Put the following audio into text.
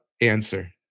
answer